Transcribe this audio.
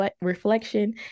reflection